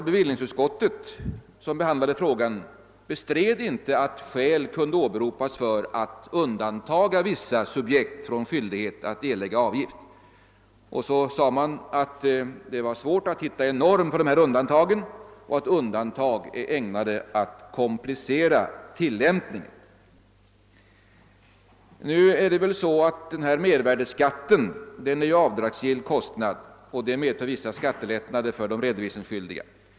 Bevillningsutskottet som behandlade frågan bestred inte att skäl kunde åberopas för att undanta vissa subjekt från skyldighet att erlägga avgift. Utskottet skrev att det var svårt att hitta en norm för dessa undantag samt att undantag är ägnade att komplicera lagens tillämpning. Nu är det dock så att mervärdeskatten är avdragsgill kostnad, och detta med för vissa skattelättnader för de redovisningsskyldiga.